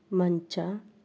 ಮಂಚ